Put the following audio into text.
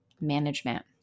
management